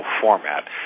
format